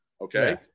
okay